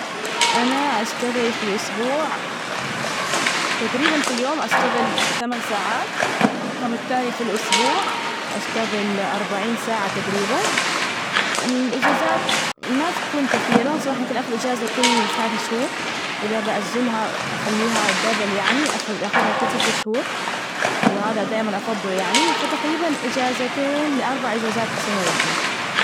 أنا أشتغل في الأسبوع. تجريبا في اليوم، أشتغل ثمانى ساعات، فبالتالي في الأسبوع أشتغل اربعين ساعة تجريبا. الإجازات ما تكون كثيرة صراحة، ممكن أخذ إجازة كل ثلاثة شهور، إذا بأجلها أخليها دبل يعني أخ- أخذها كل ست شهور، وهذا دائما أفضله يعني، فتقريبا إجازتين لأربع إجازات في السنة الواحدة.